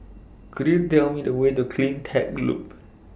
Could YOU Tell Me The Way to CleanTech Loop